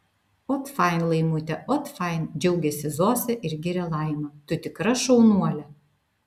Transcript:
ot fain laimute ot fain džiaugiasi zosė ir giria laimą tu tikra šaunuolė